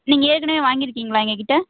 நீங்கள் ஏற்கனவே வாங்கிருக்கீங்களா எங்கள்கிட்ட